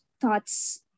thoughts